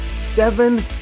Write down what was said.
Seven